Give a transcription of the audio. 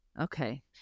Okay